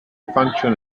function